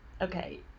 okay